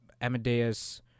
Amadeus